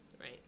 right